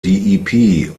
die